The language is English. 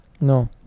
no